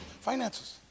Finances